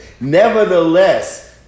Nevertheless